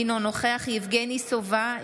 אינו נוכח יבגני סובה,